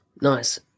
Nice